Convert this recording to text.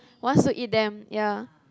once you eat them ya